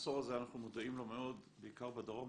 המחסור הזה, אנחנו מודעים לו מאוד, בעיקר בדרום.